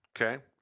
Okay